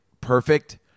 perfect